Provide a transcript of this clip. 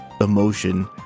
emotion